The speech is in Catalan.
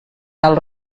tal